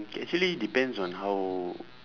actually depends on how